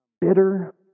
bitter